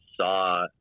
saw